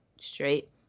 straight